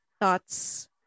thoughts